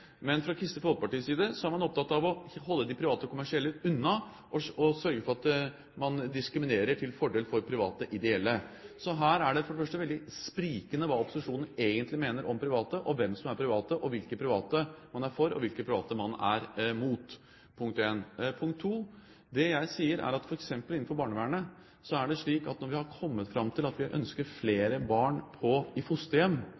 Fra Kristelig Folkepartis side er man opptatt av å holde de private kommersielle unna og sørge for at man diskriminerer til fordel for private ideelle. Så her er det veldig sprikende hva opposisjonen egentlig mener om private – hvem som er private, hvilke private man er for, og hvilke private man er mot. Det er altså punkt nr. 1. Punkt nr. 2: Det jeg sier, er at det f.eks. innenfor barnevernet er slik at når vi har kommet fram til at vi ønsker flere barn i fosterhjem,